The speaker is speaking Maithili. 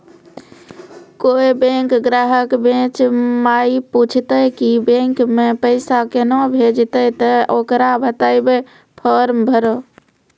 कोय बैंक ग्राहक बेंच माई पुछते की बैंक मे पेसा केना भेजेते ते ओकरा बताइबै फॉर्म भरो